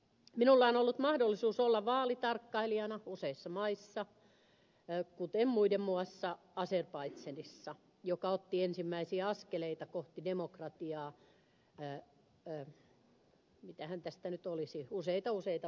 minulla on ollut mahdollisuus olla vaalitarkkailijana useissa maissa kuten muiden muassa azerbaidzhanissa joka otti ensimmäisiä askeleita kohti demokratiaa mitähän tästä nyt olisi useita useita vuosia sitten